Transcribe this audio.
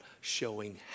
showing